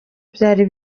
byari